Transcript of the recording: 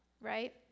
right